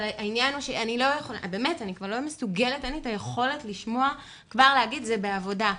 אבל העניין הוא שאין לי כבר את היכולת לשמוע שזה בעבודה,